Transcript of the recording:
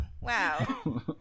Wow